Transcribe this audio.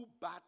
bad